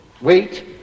Wait